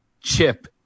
chip